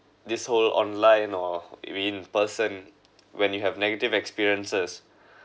this whole online or in person when you have negative experiences